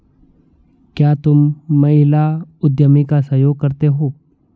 क्या तुम महिला उद्यमी का सहयोग करते हो?